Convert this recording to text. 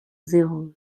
zéro